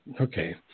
Okay